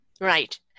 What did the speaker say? Right